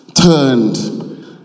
turned